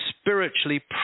spiritually